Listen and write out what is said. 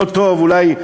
לא טוב אולי.